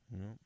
No